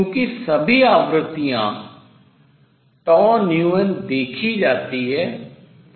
चूँकि सभी आवृत्तियाँ देखी जाती हैं सही है